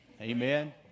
Amen